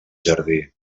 jardí